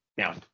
Now